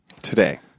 Today